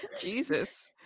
Jesus